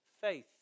faith